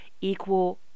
equal